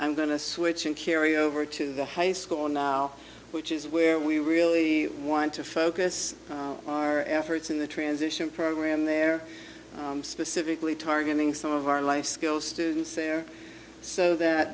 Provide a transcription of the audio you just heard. i'm going to switch and carry over to the high school now which is where we really want to focus our efforts in the transition program there specifically targeting some of our life skills students there so that